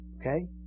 Okay